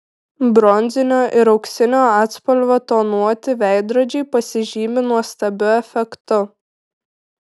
bronzinio ir auksinio atspalvio tonuoti veidrodžiai pasižymi nuostabiu efektu